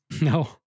No